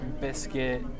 biscuit